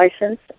license